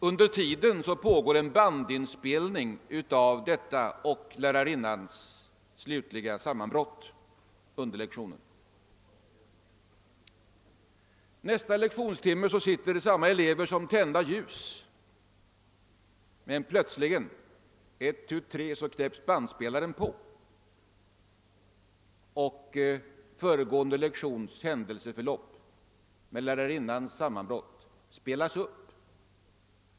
Under tiden pågår en bandinspelning som även tar upp lärarinnans slutliga sammanbrott under lektionen. Nästa lektionstimme sitter samma elever som tända ljus; men ett tu tre knäpps bandspelaren på och den föregående lektionens händelseförlopp med lärarinnans sammanbrott spelas upp.